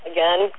Again